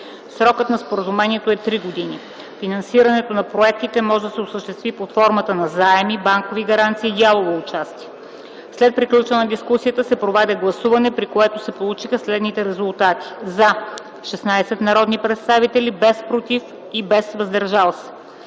Срокът на споразумението е 3 години. Финансирането на проектите може да се осъществи под формата на заеми, банкови гаранции и дялово участие. След приключване на дискусията се проведе гласуване, при което се получиха следните резултати: „за” – 16 народни представители, без „против” и „въздържали се”.